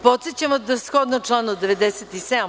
Podsećam vas da shodno članu 97.